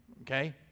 okay